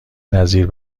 نظیر